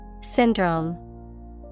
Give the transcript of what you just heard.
Syndrome